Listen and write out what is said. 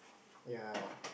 ya